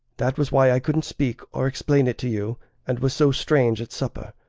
that was why i couldn't speak or explain it to you and was so strange at supper.